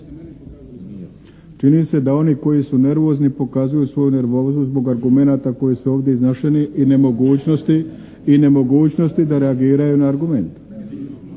Čini se da oni koji su nervozni pokazuju svoju nervozu zbog argumenata koji su ovdje iznošeni i nemogućnosti da reagiraju na argumente.